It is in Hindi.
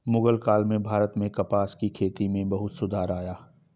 मुग़ल काल में भारत में कपास की खेती में बहुत सुधार आया